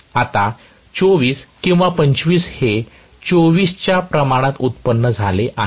आता 24 किंवा 25 V हे 24 V च्या प्रमाणात उत्पन्न झाले आहे